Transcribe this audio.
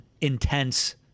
intense